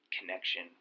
connection